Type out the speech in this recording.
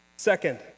Second